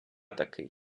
такий